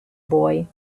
boy